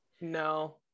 No